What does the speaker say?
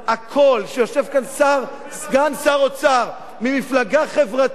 הכול, כשיושב כאן סגן שר אוצר ממפלגה חברתית,